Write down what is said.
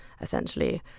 essentially